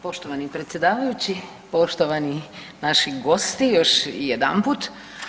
Poštovani predsjedavajući, poštovani naši gosti još jedanput.